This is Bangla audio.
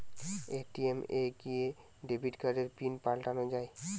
এ.টি.এম এ গিয়ে ডেবিট কার্ডের পিন পাল্টানো যায়